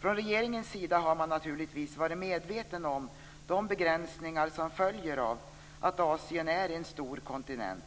Från regeringens sida har man naturligtvis varit medveten om de begränsningar som följer av att Asien är en stor kontinent.